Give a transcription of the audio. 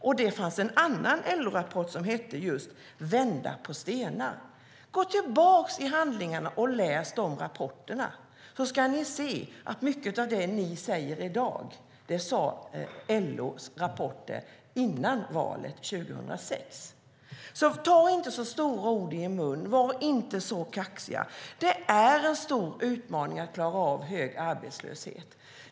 En annan LO-rapport hette just Att vända på stenar: om möjligheten att halvera arbetslösheten . Gå tillbaka i handlingarna och läs de här rapporterna så ska ni se att mycket av det som ni säger i dag sades i LO:s rapporter före valet 2006. Ta alltså inte så stora ord i er mun, och var inte så kaxiga. Det är en stor utmaning att klara av hög arbetslöshet.